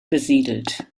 besiedelt